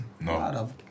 No